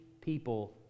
people